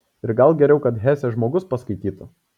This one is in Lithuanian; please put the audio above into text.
ir gal geriau kad hesę žmogus paskaitytų